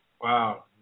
Wow